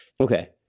Okay